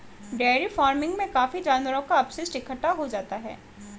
dairy farming में काफी जानवरों का अपशिष्ट इकट्ठा हो जाता है